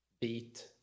beat